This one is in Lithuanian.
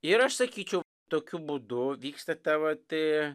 ir aš sakyčiau tokiu būdu vyksta ta va tie